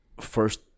first